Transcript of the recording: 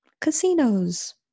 casinos